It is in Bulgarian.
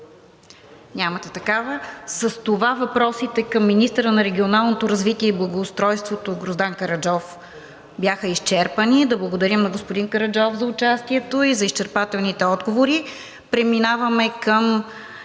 Нямате такава. С това въпросите към министъра на регионалното развитие и благоустройството Гроздан Караджов бяха изчерпани. Да благодарим на господин Караджов за участието и за изчерпателните отговори. Преминаваме към